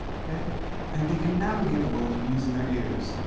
and they can navigate the world using their ears.